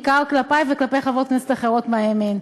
בעיקר כלפי וכלפי חברות כנסת אחרות מהימין.